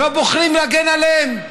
אבל אתם לא בוחרים להגן עליהם.